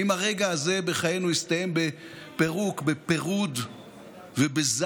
האם הרגע הזה בחיינו יסתיים בפירוק, בפירוד ובזעם,